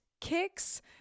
kicks